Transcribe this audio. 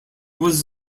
was